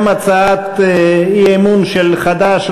גם הצעת האי-אמון של חד"ש,